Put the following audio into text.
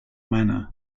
manner